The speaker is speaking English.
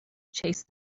chased